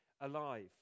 alive